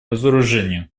разоружению